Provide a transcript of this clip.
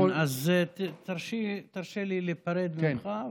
כן, אז תרשה לי להיפרד ממך.